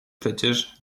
przecież